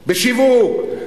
בשיווק.